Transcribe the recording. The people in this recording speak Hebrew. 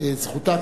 זכותה,